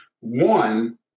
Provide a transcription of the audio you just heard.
One